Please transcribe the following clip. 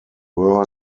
were